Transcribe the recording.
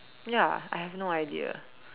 ya I have no idea